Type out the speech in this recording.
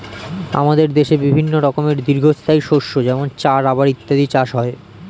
আমাদের দেশে বিভিন্ন রকমের দীর্ঘস্থায়ী শস্য যেমন চা, রাবার ইত্যাদির চাষ হয়